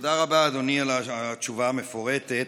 תודה רבה, אדוני, על התשובה המפורטת.